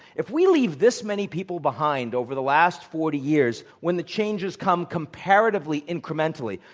if we leave this many people behind over the last forty years, when the changes come comparatively incrementally